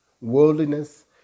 worldliness